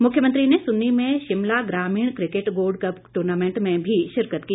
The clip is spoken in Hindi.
मुख्यमंत्री ने सुन्नी में शिमला ग्रामीण किकेट गोल्ड कप ट्र्नामेंट में भी शिरकत की